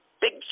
big